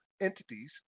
entities